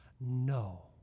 No